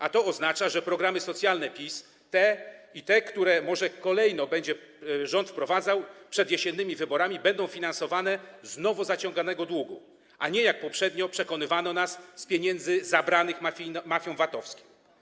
A to oznacza, że programy socjalne PiS, te i te, które może kolejno rząd będzie wprowadzał przed jesiennymi wyborami, będą finansowane z nowo zaciąganego długu, a nie, jak poprzednio nas przekonywano, z pieniędzy zabranych mafiom VAT-owskim.